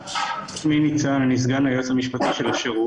אבל מה ייכנס תחת סעיף 3?